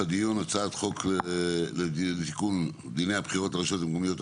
המשך הדיון הצעת חוק לתיקון דיני הבחירות לרשויות המקומיות,